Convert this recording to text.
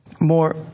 more